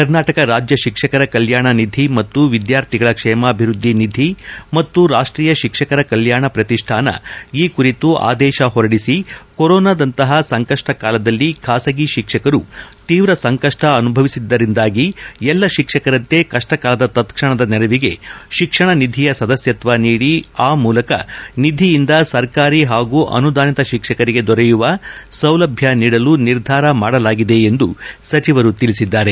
ಕರ್ನಾಟಕ ರಾಜ್ಯ ಶಿಕ್ಷಕರ ಕಲ್ಲಾಣ ನಿಧಿ ಮತ್ತು ವಿದ್ವಾರ್ಥಿಗಳ ಕ್ಷೇಮಾಭಿವೃದ್ದಿ ನಿಧಿ ಮತ್ತು ರಾಷ್ಷೀಯ ಶಿಕ್ಷಕಕರ ಕಲ್ಲಾಣ ಪ್ರತಿಷ್ಠಾನ ಈ ಕುರಿತು ಆದೇಶ ಹೊರಡಿಸಿ ಕೊರೊನಾದಂತಹ ಸಂಕಪ್ಪ ಕಾಲದಲ್ಲಿ ಖಾಸಗಿ ಶಿಕ್ಷಕರು ತೀವ್ರ ಸಂಕಪ್ಪ ಅನುಭವಿಸಿದ್ದರಿಂದಾಗಿ ಎಲ್ಲ ಶಿಕ್ಷಕರಂತೆ ಕಪ್ಪಕಾಲದ ತತ್ಕ್ಷಣದ ನೆರವಿಗೆ ಶಿಕ್ಷಣ ನಿಧಿಯ ಸದಸ್ವತ್ನ ನೀಡಿ ಆ ಮೂಲಕ ನಿಧಿಯಿಂದ ಸರ್ಕಾರಿ ಹಾಗೂ ಅನುದಾನಿತ ಶಿಕ್ಷಕರಿಗೆ ದೊರೆಯುವ ಸೌಲಭ್ಯ ನೀಡಲು ನಿರ್ಧಾರ ಮಾಡಲಾಗಿದೆ ಎಂದು ಸಚಿವರು ತಿಳಿಸಿದ್ದಾರೆ